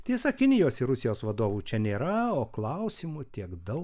tiesa kinijos ir rusijos vadovų čia nėra o klausimų tiek daug